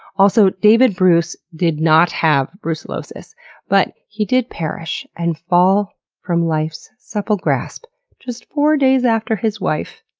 also, david bruce did not have brucellosis but he did perish and fall from life's supple grasp just four days after his wife,